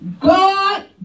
God